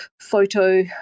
photo